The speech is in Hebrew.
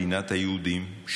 מדינת היהודים,